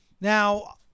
Now